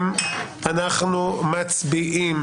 אנחנו מצביעים.